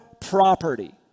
property